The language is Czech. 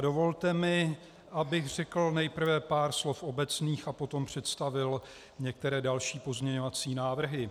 Dovolte mi, abych řekl nejprve pár slov obecných a potom představil některé další pozměňovací návrhy.